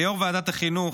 ליו"ר ועדת החינוך,